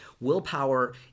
willpower